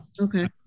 Okay